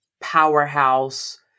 powerhouse